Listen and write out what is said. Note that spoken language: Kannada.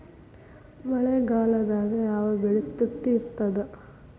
ಮಳೆಗಾಲದಾಗ ಯಾವ ಬೆಳಿ ತುಟ್ಟಿ ಇರ್ತದ?